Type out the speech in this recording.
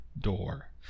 door